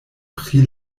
pri